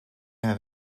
have